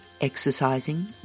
exercising